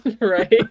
Right